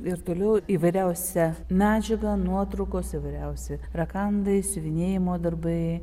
ir toliau įvairiausia medžiaga nuotraukos įvairiausi rakandai siuvinėjimo darbai